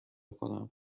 کنم